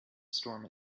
storm